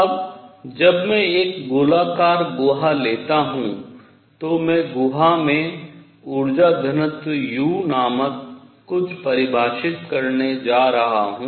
अब जब मैं एक गोलाकार गुहा लेता हूँ तो मैं गुहा में ऊर्जा घनत्व u नामक कुछ परिभाषित करने जा रहा हूँ